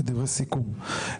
כדברי סיכום,